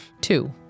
Two